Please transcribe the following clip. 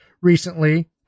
recently